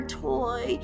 toy